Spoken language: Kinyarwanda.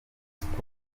sports